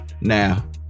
now